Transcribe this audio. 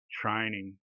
training